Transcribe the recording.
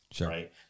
right